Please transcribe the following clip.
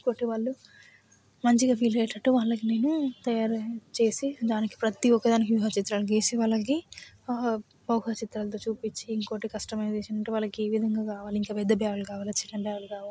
ఇంకోటి వాళ్ళు మంచిగా ఫీల్ అయ్యేటట్టు వాళ్ళకి నేను తయారు చేసి దానికి ప్రతీ ఒక్క దానికి ఊహాచిత్రాలు గీసి వాళ్ళకి ఊహాచిత్రాలతో చూపించి ఇంకోటి కస్టమైజేషన్ అంటే వాళ్ళకి ఏ విధంగా కావాలి ఇంక పెద్ద బ్యాగులు కావాలా చిన్న బ్యాగులు కావాలా